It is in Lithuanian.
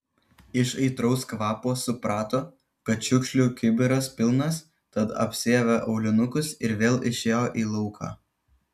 iš aitraus kvapo suprato kad šiukšlių kibiras pilnas tad apsiavė aulinukus ir vėl išėjo į lauką